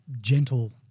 gentle